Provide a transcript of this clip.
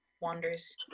wanders